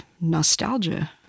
nostalgia